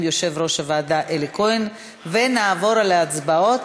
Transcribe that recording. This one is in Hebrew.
יושב-ראש הוועדה אלי כהן ונעבור להצבעות,